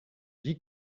dis